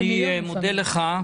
אני מודה לך,